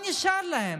מה נשאר להם?